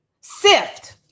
Sift